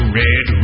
red